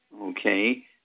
okay